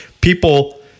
people